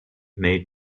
made